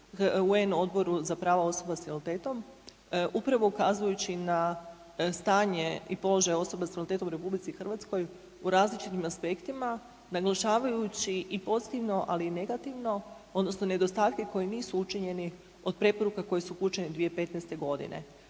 UN Odboru za prava osoba s invaliditetom upravo ukazujući na stanje i položaj osoba s invaliditetom u RH u različitim aspektima naglašavajući i pozitivno ali i negativno odnosno nedostatke koji nisu učinjeni od preporuka koje su upućene 2015. godine.